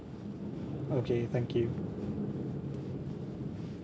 okay thank you